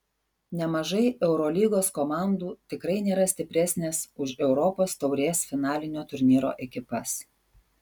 nemažai eurolygos komandų tikrai nėra stipresnės už europos taurės finalinio turnyro ekipas